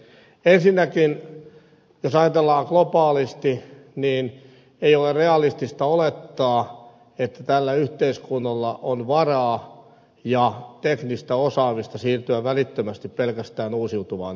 ensinnäkin jos ajatellaan globaalisti niin ei ole realistista olettaa että tällä yhteiskunnalla on varaa ja teknistä osaamista siirtyä välittömästi pelkästään uusiutuvaan energiaan